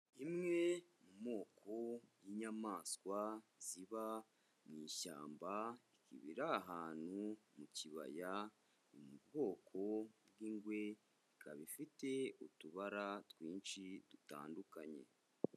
Imwe mu moko y'inyamaswa ziba mu ishyamba, iba iri ahantu mu kibaya, iri mu bwoko bw'ingwe ikaba ifite utubara twinshi dutandukanye.